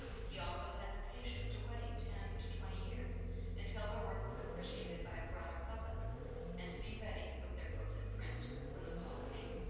he also had the patience to wait ten to twenty years until the work was appreciated by a broader public and to be ready with their books and print when the call came.